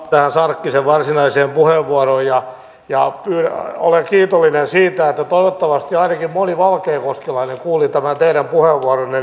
palaan tähän sarkkisen varsinaiseen puheenvuoroon ja olen kiitollinen siitä jos toivottavasti ainakin moni valkeakoskelainen kuuli tämän teidän puheenvuoronne